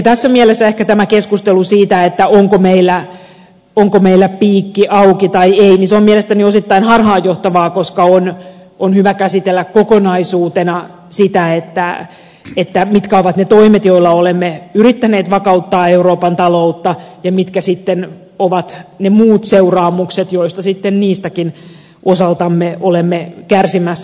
tässä mielessä ehkä tämä keskustelu siitä onko meillä piikki auki tai ei on mielestäni osittain harhaanjohtavaa koska on hyvä käsitellä kokonaisuutena sitä mitkä ovat ne toimet joilla olemme yrittäneet vakauttaa euroopan taloutta ja mitkä sitten ovat ne muut seuraamukset joista sitten niistäkin osaltamme olemme kärsimässä